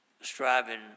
striving